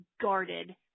guarded